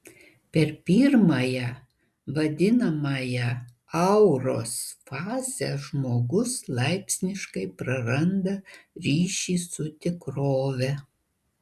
per pirmąją vadinamąją auros fazę žmogus laipsniškai praranda ryšį su tikrove